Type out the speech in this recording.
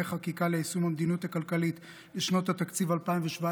חקיקה ליישום המדיניות הכלכלית לשנות התקציב 2017